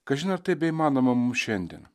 kažin ar tai beįmanoma mum šiandien